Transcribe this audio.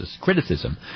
criticism